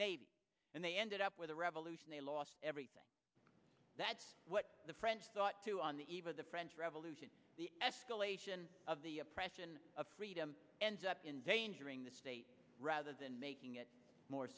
navy and they ended up with a revolution they lost everything that's what the french thought too on the eve of the french revolution the escalation of the oppression of freedom ends up in danger in the state rather than making it more